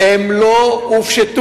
הן לא הופשטו.